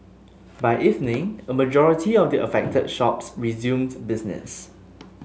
by evening a majority of the affected shops resumed business